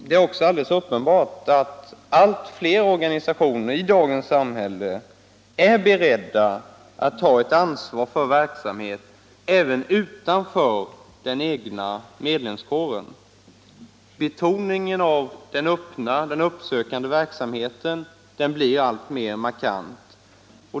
Det är också alldeles uppenbart att allt fler organisationer i dagens samhälle är beredda att ta ansvar för verksamhet även utanför den egna medlemskåren. Betoningen av den öppna och uppsökande verksamheten blir alltmer markant.